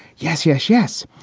yes, yes. yes.